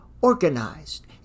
organized